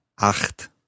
Acht